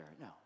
No